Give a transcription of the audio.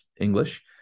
English